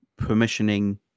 permissioning